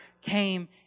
came